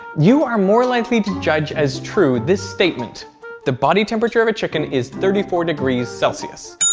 you are more likely to judge as true this statement the body temperature of a chicken is thirty four degrees celsius.